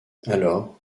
alors